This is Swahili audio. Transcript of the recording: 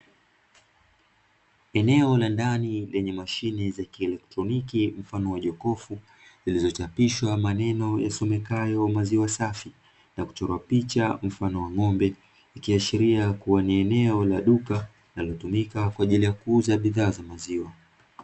Eneo la ndani lenye mashine za kielektroniki mfano wa jokofu, zilizochapishwa maneno yasomekayo ''maziwa safi'', na kuchorwa picha mfano wa ng'ombe, ikiashiria kuwa ni eneo la duka linalotumika kwa ajili ya bidhaa za maziwa.